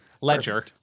Ledger